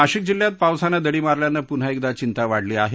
नाशिक जिल्ह्यात पावसानं दडी मारल्यानं पुन्हा एकदा चिंता वाढली आहे